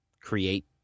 create